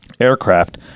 Aircraft